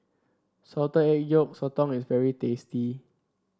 Salted Egg Yolk Sotong is very tasty